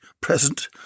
present